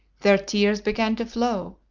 their tears began to flow,